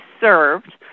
served